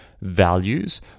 values